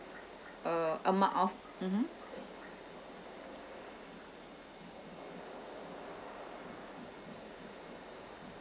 uh amount of mmhmm